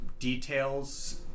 Details